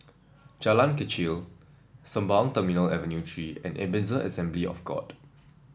Jalan Kechil Sembawang Terminal Avenue Three and Ebenezer Assembly of God